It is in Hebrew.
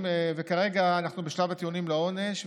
וכרגע אנחנו בשלב הטיעונים לעונש,